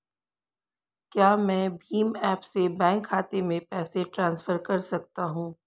क्या मैं भीम ऐप से बैंक खाते में पैसे ट्रांसफर कर सकता हूँ?